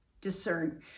discern